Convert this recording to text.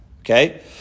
Okay